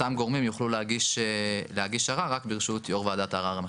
אותם גורמים יוכלו להגיש ערר רק בראשות יו"ר וועדת ערר המחוזית.